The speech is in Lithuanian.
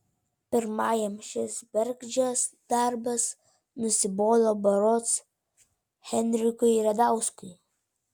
pirmajam šis bergždžias darbas nusibodo berods henrikui radauskui